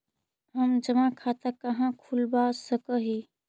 हम जमा खाता कहाँ खुलवा सक ही?